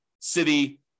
city